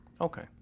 okay